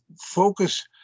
focus